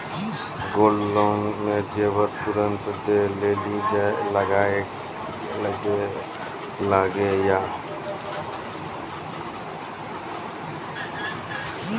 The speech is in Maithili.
गोल्ड लोन मे जेबर तुरंत दै लेली लागेया?